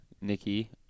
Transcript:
Nikki